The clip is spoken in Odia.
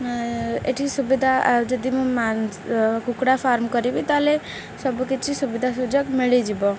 ଏଠି ସୁବିଧା ଆଉ ଯଦି ମୁଁ କୁକୁଡ଼ା ଫାର୍ମ କରିବି ତାହେଲେ ସବୁକିଛି ସୁବିଧା ସୁଯୋଗ ମିଳିଯିବ